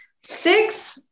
six